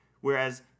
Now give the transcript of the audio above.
whereas